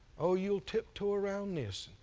oh, you'll tiptoe around this,